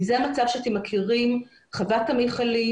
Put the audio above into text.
אם זה המצב שאתם מכירים חוות המכלים,